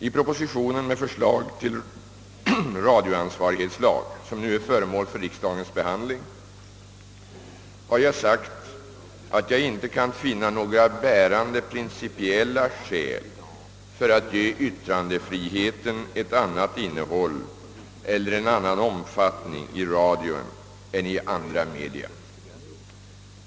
I propositionen med förslag till radioansvarighetslag, som nu är föremål för riksdagens behandling, har jag sagt att jag inte kan finna några bärande principiella skäl för att ge yttrandefriheten ett annat innehåll eller en annan omfattning i radion än i andra media.